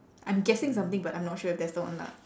I'm guessing something but I'm not sure if that's the one lah